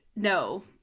No